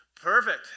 Perfect